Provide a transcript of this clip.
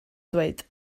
dweud